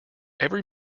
every